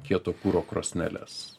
kieto kuro krosneles